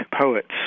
poets